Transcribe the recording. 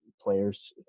players